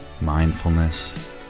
mindfulness